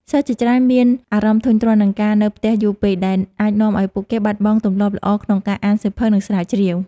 សិស្សជាច្រើនមានអារម្មណ៍ធុញទ្រាន់នឹងការនៅផ្ទះយូរពេក ដែលអាចនាំឱ្យពួកគេបាត់បង់ទម្លាប់ល្អក្នុងការអានសៀវភៅ និងស្រាវជ្រាវ។